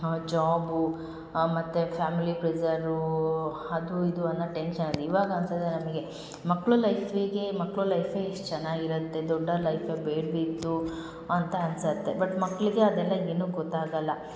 ಹಾಂ ಜಾಬು ಮತ್ತು ಫ್ಯಾಮಿಲಿ ಫ್ರೆಸರೂ ಅದು ಇದು ಅನ್ನ ಟೆನ್ಶನಲ್ಲಿ ಇವಾಗ ಅನ್ಸುತ್ತೆ ನಮಗೆ ಮಕ್ಕಳು ಲೈಫೀಗೆ ಮಕ್ಕಳ ಲೈಫೆ ಇಷ್ಟು ಚೆನ್ನಾಗಿರುತ್ತೆ ದೊಡ್ಡವ್ರ ಲೈಫೆ ಬೇಡ್ವಿತ್ತು ಅಂತ ಅನ್ಸತ್ತೆ ಬಟ್ ಮಕ್ಕಳಿಗೆ ಅದೆಲ್ಲ ಏನು ಗೊತ್ತಾಗಲ್ಲ